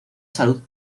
salud